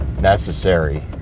necessary